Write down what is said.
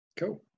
Cool